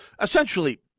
essentially